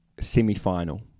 semi-final